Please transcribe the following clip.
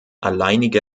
alleinige